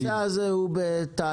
הנושא הזה הוא בתהליך?